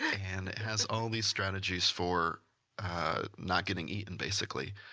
and has all these strategies for not getting eaten, basically.